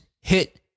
hit